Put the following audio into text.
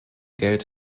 geld